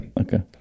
Okay